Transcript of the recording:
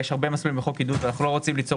יש הרבה מסלולים בחוק עידוד ואנחנו לא רוצים ליצור